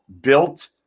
built